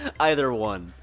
and either one.